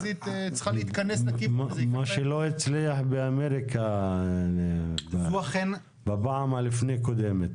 מה שלא הצליח באמריקה בפעם שלפני הקודמת.